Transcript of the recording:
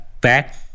back